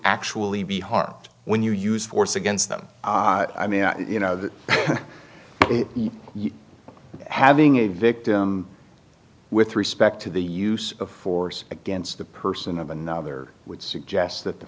actually be harmed when you use force against them i mean you know that having a victim with respect to the use of force against the person of another would suggest that the